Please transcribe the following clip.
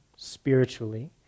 Spiritually